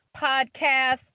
podcast